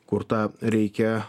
kur tą reikia